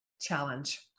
challenge